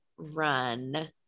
Run